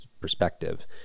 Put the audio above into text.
perspective